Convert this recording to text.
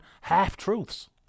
half-truths